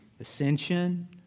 ascension